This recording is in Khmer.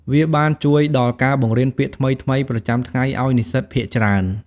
វាបានជួយដល់ការបង្រៀនពាក្យថ្មីៗប្រចាំថ្ងៃឲ្យនិស្សិតភាគច្រើន។